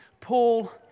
Paul